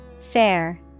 Fair